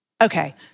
Okay